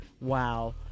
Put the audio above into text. Wow